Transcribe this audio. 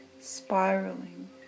spiraling